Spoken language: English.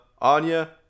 anya